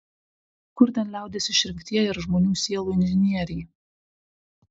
kur ten liaudies išrinktieji ar žmonių sielų inžinieriai